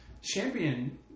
champion